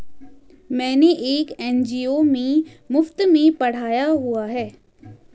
मैंने एक एन.जी.ओ में मुफ़्त में पढ़ाया हुआ है